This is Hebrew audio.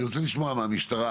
אני רוצה לשמוע מהמשטרה